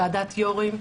ועדת יו"רים,